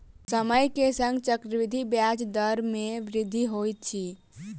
समय के संग चक्रवृद्धि ब्याज दर मे वृद्धि होइत अछि